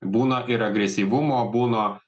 būna ir agresyvumo būna